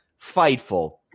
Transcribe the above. FIGHTFUL